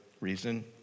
reason